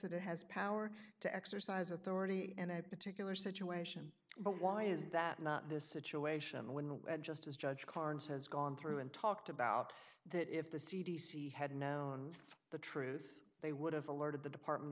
it has power to exercise authority and i particular situation but why is that not the situation when just as judge carnes has gone through and talked about that if the c d c had known the truth they would have alerted the department